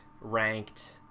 ranked